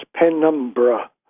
penumbra